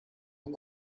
uri